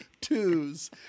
Twos